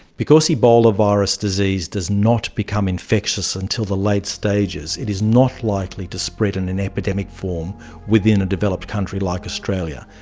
because ebola virus disease does not become infectious until the late stages, it is not likely to spread in an epidemic form within a developed country like australia.